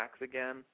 again